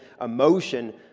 emotion